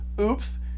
oops